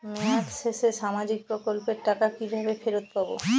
মেয়াদ শেষে সামাজিক প্রকল্পের টাকা কিভাবে ফেরত পাবো?